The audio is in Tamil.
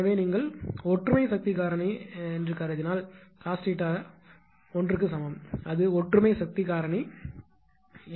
எனவே நீங்கள் ஒற்றுமை சக்தி காரணி என்று கருதினால் cos 𝜃 க்கு 1 சமம் அது ஒற்றுமை சக்தி காரணி வழக்கு